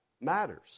matters